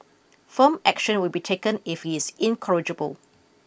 firm action will be taken if he is incorrigible